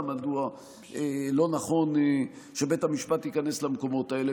מדוע לא נכון שבית המשפט ייכנס למקומות האלה.